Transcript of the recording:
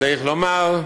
צריך לומר,